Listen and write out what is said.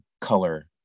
color